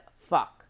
fuck